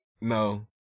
No